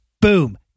Boom